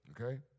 Okay